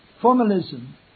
Formalism